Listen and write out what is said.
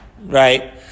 Right